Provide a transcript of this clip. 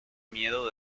miedo